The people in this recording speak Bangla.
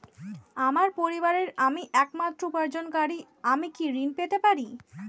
আমার পরিবারের আমি একমাত্র উপার্জনকারী আমি কি ঋণ পেতে পারি?